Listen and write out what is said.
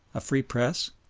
a free press,